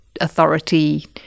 authority